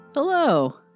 Hello